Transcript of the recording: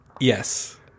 Yes